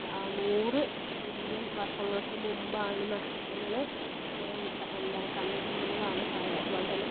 നൂറ് മില്യൻ വർഷങ്ങൾക്കു മുമ്പാണ് നക്ഷത്രങ്ങൾ എന്താ പറയുക കണ്ടിട്ടുണ്ടെന്ന് വേണം പറയാം അതുപോലെതന്നെ